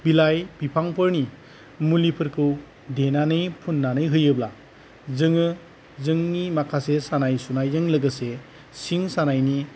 बिलाइ बिफांफोरनि मुलिफोरखौ देनानै फुननानै होयोब्ला जोङो जोंनि माखासे सानाय सुनायजों लोगोसे सिं सानायनि